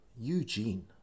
Eugene